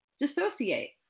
dissociate